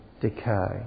decay